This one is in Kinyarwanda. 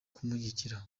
kumushyigikira